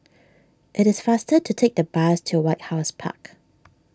it is faster to take the bus to White House Park